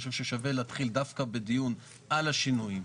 אני חושב ששווה להחליט דווקא בדיון על השינויים.